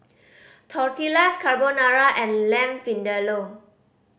Tortillas Carbonara and Lamb Vindaloo